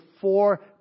four